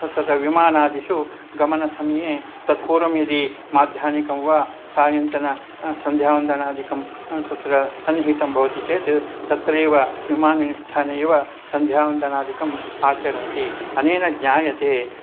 तत् तत्र विमानादिषु गमनसमये तत्पूर्वं यदि माध्याह्निकं वा सायन्तन ं सन्ध्यावन्दनादिकं तत्र सन्निहितं भवति चेत् तत्रैव विमानस्थाने एव सन्ध्यावन्दनादिकम् आचरन्ति अनेन ज्ञायते